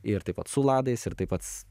ir taip pat su ladais ir tai pats